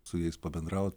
su jais pabendraut